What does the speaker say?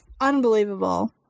unbelievable